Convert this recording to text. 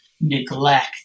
neglect